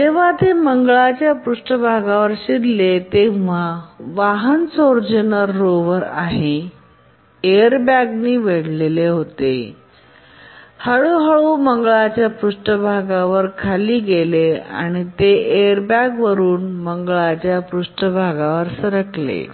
जेव्हा ते मंगळाच्या पृष्ठभागावर शिरले तेव्हा वाहन सोजर्नर रोव्हर आहे एअरबॅगनी वेढलेले होते हळूहळू मंगळाच्या पृष्ठभागावर खाली गेले आणि ते एअरबॅग वरून मंगळाच्या पृष्ठभागावर सरकले